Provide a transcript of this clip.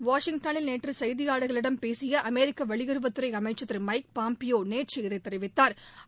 வாஷிங்டனில் நேற்று செய்தியாளர்களிடம் பேசிய அமெரிக்க வெளியுறவு அமைச்சர் திரு மைக் பாம்பியோ நேற்று இதை தெரிவித்தாா்